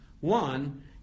One